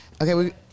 Okay